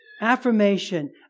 affirmation